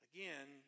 Again